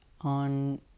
On